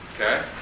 Okay